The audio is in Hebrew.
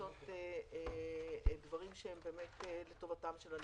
לעשות דברים שהם באמת לטובתם של הניצולים.